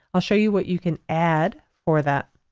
i'll show you what you can add for that.